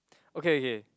okay okay